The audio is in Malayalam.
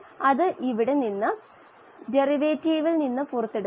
അതുകൊണ്ട് നാം ലഭിച്ച ഇൻപുട്ടിന്റെ നിരക്ക് 𝑲𝑳a 𝑪𝑶2 ∗− 𝑪𝑶2